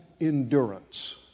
endurance